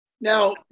Now